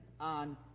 on